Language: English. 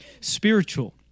spiritual